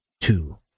Two